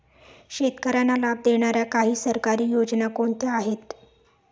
शेतकऱ्यांना लाभ देणाऱ्या काही सरकारी योजना कोणत्या आहेत?